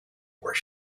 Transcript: where